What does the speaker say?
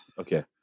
Okay